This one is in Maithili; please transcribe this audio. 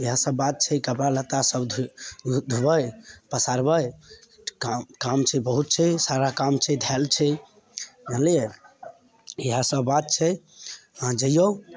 इहए सब बात छै कपड़ा लत्ता सब धोबै पसारबै काम काम छै बहुत छै सारा काम छै धएल छै जनलियै इहए सब बात छै अहाँ जैयौ